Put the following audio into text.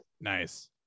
Nice